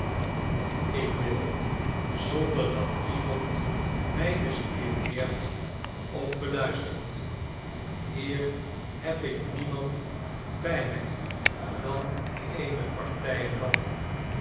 wat ik wil zonder dat iemand mij bespionneert of beluistert hier heb ik niemand bij mij dan eene partij ratten